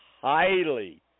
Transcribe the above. highly